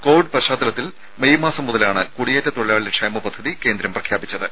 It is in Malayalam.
കോവിഡ് പശ്ചാത്തലത്തിൽ മെയ് മാസം മുതലാണ് കുടിയേറ്റ തൊഴിലാളി ക്ഷേമപദ്ധതി കേന്ദ്രം പ്രഖ്യാപിച്ചത്